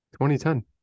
2010